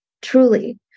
truly